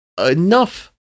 enough